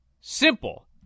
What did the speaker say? simple